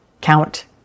count